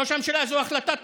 ראש הממשלה, זו החלטה טובה,